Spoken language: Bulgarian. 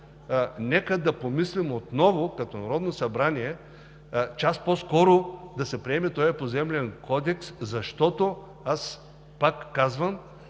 Нека да помислим отново като Народно събрание час по-скоро да се приеме този Поземлен кодекс, защото, аз пак казвам,